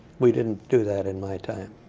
we didn't do that in my time.